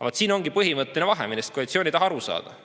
Aga siin ongi põhimõtteline vahe, millest koalitsioon ei taha aru saada.